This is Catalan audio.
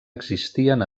existien